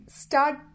start